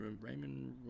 Raymond